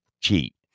cheat